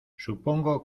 supongo